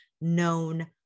known